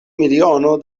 miliono